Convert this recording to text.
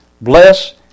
Bless